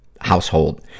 household